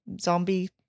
zombie